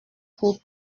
pour